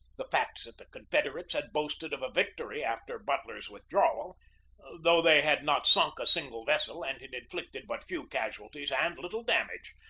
the fact that the confederates had boasted of a victory after butler's withdrawal though they had not sunk a single vessel and had inflicted but few casualties and little damage,